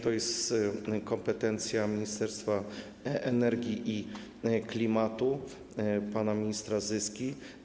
To jest kompetencja ministerstwa energii i klimatu, pana ministra Zyski.